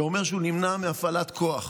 שאומר שהוא נמנע מהפעלת כוח,